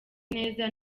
neza